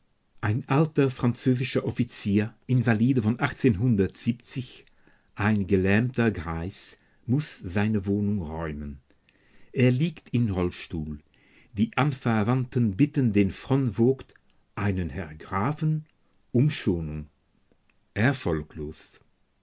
ein alter französischer offizier invalide von ein gelähmter greis muß seine wohnung räumen er liegt im rollstuhl die anverwandten bitten den fronvogt einen herrn grafen um schonung erfolglos